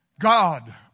God